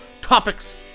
topics